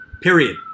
period